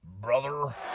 brother